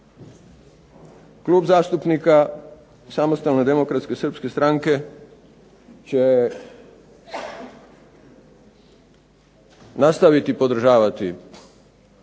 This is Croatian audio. Klub zastupnika Samostalne demokratske srpske stranke će nastaviti podržavati